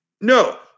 No